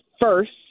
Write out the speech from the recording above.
first